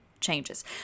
changes